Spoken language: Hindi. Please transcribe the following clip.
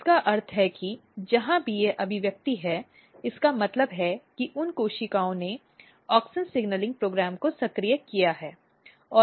जिसका अर्थ है कि जहां भी यह अभिव्यक्ति है इसका मतलब है कि उन कोशिकाओं ने ऑक्सिन सिग्नलिंग प्रोग्राम को सक्रिय किया है